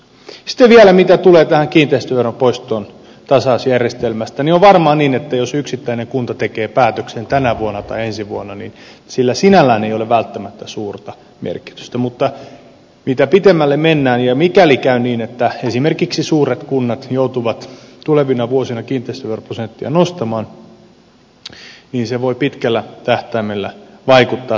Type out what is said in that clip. sitten vielä mitä tulee tähän kiinteistöveron poistoon tasausjärjestelmästä niin on varmaan niin että jos yksittäinen kunta tekee päätöksen tänä vuonna tai ensi vuonna niin sillä sinällään ei ole välttämättä suurta merkitystä mutta mitä pitemmälle mennään ja mikäli käy niin että esimerkiksi suuret kunnat joutuvat tulevina vuosina kiinteistöveroprosenttia nostamaan niin se voi pitkällä tähtäimellä vaikuttaa siihen